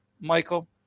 Michael